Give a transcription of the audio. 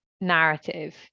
narrative